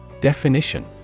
Definition